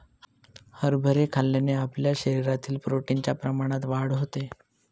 हरभरे खाल्ल्याने आपल्या शरीरातील प्रोटीन च्या प्रमाणात वाढ होते